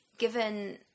Given